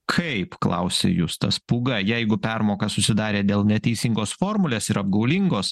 kaip klausia justas pūga jeigu permoka susidarė dėl neteisingos formulės ir apgaulingos